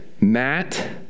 Matt